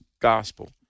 gospel